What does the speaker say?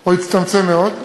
או הצטמצם מאוד.